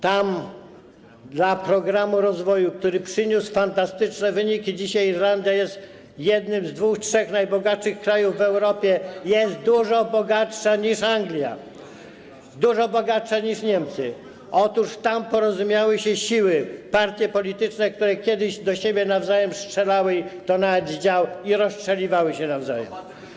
Tam dla programu rozwoju, który przyniósł fantastyczne wyniki - dzisiaj Irlandia jest jednym z dwóch, trzech najbogatszych krajów w Europie, jest dużo bogatsza niż Anglia, dużo bogatsza niż Niemcy - porozumiały się siły, partie polityczne, które kiedyś do siebie nawzajem strzelały, i to nawet z dział, rozstrzeliwały się nawzajem.